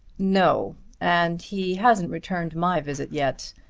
no and he hasn't returned my visit yet.